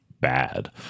bad